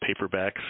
paperbacks